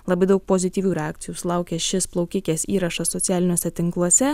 labai daug pozityvių reakcijų sulaukė šis plaukikės įrašas socialiniuose tinkluose